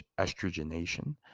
estrogenation